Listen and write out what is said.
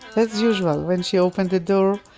as usual, when she opened the door,